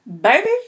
baby